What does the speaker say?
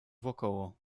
wokoło